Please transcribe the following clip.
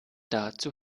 dazu